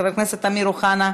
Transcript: חבר הכנסת אראל מרגלית,